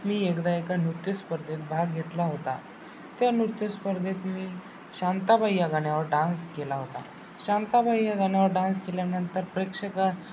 मी एकदा एका नृत्यस्पर्धेत भाग घेतला होता त्या नृत्यस्पर्धेत मी शांताबाई या गाण्यावर डान्स केला होता शांताबाई या गाण्यावर डान्स केल्यानंतर प्रेक्षकान